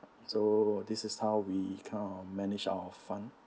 so this is how we kind of manage our fund